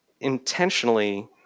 intentionally